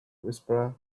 whisperer